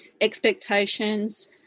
expectations